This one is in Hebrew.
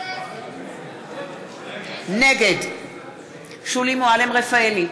נגד שולי מועלם-רפאלי,